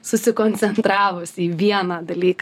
susikoncentravusi į vieną dalyką